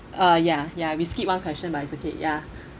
uh ya ya we skip one question but it's okay ya